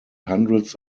hundreds